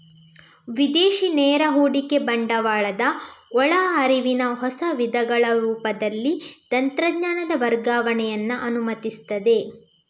ವಿದೇಶಿ ನೇರ ಹೂಡಿಕೆ ಬಂಡವಾಳದ ಒಳ ಹರಿವಿನ ಹೊಸ ವಿಧಗಳ ರೂಪದಲ್ಲಿ ತಂತ್ರಜ್ಞಾನದ ವರ್ಗಾವಣೆಯನ್ನ ಅನುಮತಿಸ್ತದೆ